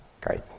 Great